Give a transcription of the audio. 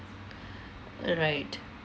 uh right